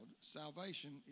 Salvation